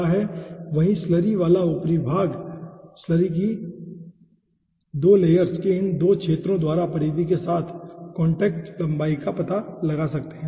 अगर हम थोड़ा ज्यामितीय विश्लेषण करते हैं तो हम स्लरी की 2 लेयर्स के इन 2 क्षेत्रों द्वारा परिधि के साथ कॉन्टैक्ट लंबाई का पता लगा सकते हैं